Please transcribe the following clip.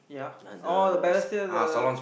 yeah oh the Balestier the